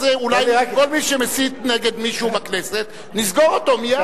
אז אולי כל מי שמסית נגד מישהו בכנסת נסגור אותו מייד,